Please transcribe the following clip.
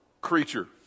creature